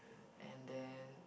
and then